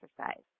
exercise